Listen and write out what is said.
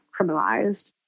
criminalized